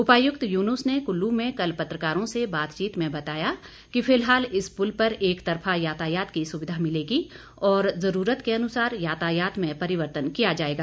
उपायुक्त युनूस ने कुल्लू में कल पत्रकारों से बातचीत में बताया कि फिलहाल इस पुल पर एक तरफा यातायात की सुविधा मिलेगी और जरूरत के अनुसार यातायात में परिवर्तन किया जाएगा